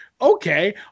okay